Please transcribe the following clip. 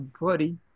buddy